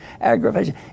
aggravation